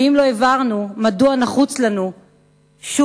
ואם לא הבהרנו מדוע נחוץ לנו שוק